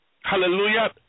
Hallelujah